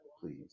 Please